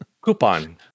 Coupon